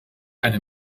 eine